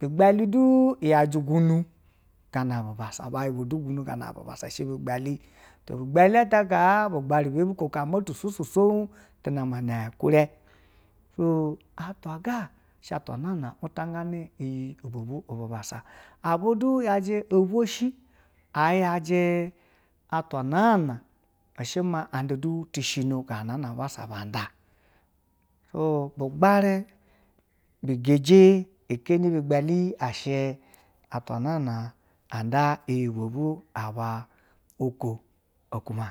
bugbayidu iyale gunu, gana bubassa bahiba du to bu gbaliyi ata kaa bugbave ebe buho ama tusoso sou tu nambe a tu vee so atwa she afwa nana ulanganɛ iyi ubo bu ububassa, abady yaje oboshi ayaje atula anana she ma anda fu tishino gananaa na abassa banda, so bu gbure bugeje keeni bugba liyo yi ashe atwa na naa a anda iyi babu ababa uku onu ma.